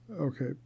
Okay